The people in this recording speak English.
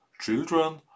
Children